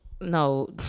No